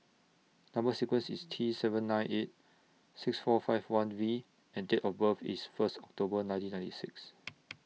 Number sequence IS T seven nine eight six four five one V and Date of birth IS First October nineteen ninety six